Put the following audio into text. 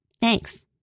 Thanks